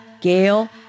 Gail